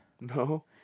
No